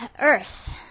Earth